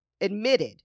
admitted